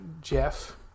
Jeff